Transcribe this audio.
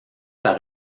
par